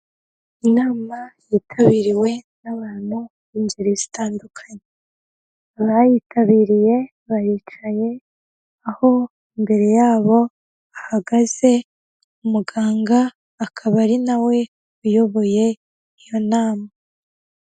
Inama yitabiriwe n'abantu b'ingeri zitandukanye, abayitabiriye baricaye aho imbere yabo hahagaze umuganga akaba ari nawe uyoboye iyo nama.